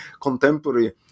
contemporary